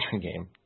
game